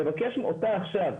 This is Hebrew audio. לבקש אותה עכשיו,